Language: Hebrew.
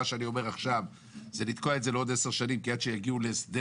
שאני אומר עכשיו זה לתקוע את זה לעוד 10 שנים כי עד שיגיעו להסדר